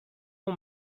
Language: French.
bon